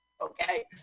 Okay